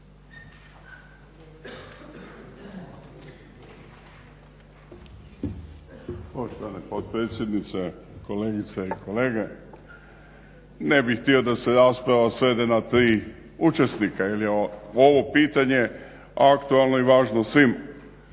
Poštovane potpredsjednice, kolegice i kolege. Ne bih htio da se rasprava svede na tri učesnika ili ovo pitanje aktualno je važno svim.